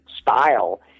style